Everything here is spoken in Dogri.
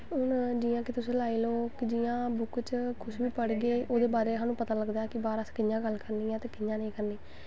हून जि'यां तुस लाई लैओ कि बुक्क कुछ बी पढ़गे ते ओह्दे बारे च सानूं पता लगदा ऐ कि कि'यां गल्ल करनी ऐ ते कि'यां नेईं